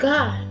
God